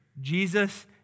Jesus